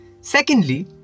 Secondly